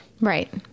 Right